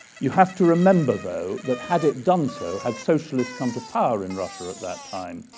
you have to remember, though, that had it done so had socialists come to power in russia at that time,